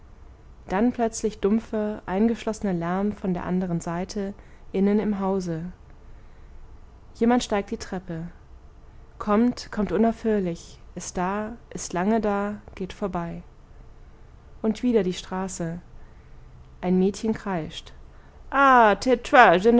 dann plötzlich dumpfer eingeschlossener lärm von der anderen seite innen im hause jemand steigt die treppe kommt kommt unaufhörlich ist da ist lange da geht vorbei und wieder die straße ein mädchen kreischt ah